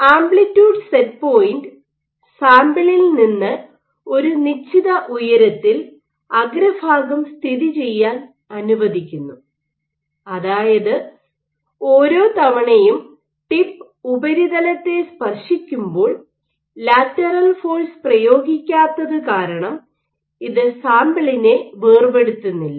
amplitude set point സാമ്പിളിൽ നിന്ന് ഒരു നിശ്ചിത ഉയരത്തിൽ അഗ്രഭാഗം സ്ഥിതി ചെയ്യാൻ അനുവദിക്കുന്നു അതായത് ഓരോ തവണയും ടിപ്പ് ഉപരിതലത്തെ സ്പർശിക്കുമ്പോൾ ലാറ്ററൽ ഫോഴ്സ് പ്രയോഗിക്കാത്തതുകാരണം ഇത് സാമ്പിളിനെ വേർപെടുത്തുന്നില്ല